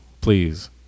Please